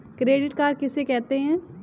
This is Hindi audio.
क्रेडिट कार्ड किसे कहते हैं?